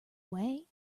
way